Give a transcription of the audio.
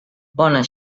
bona